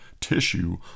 tissue